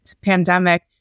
pandemic